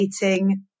dating